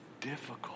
difficult